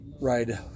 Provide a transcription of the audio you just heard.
ride